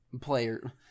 player